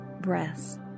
breaths